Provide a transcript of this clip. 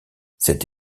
cette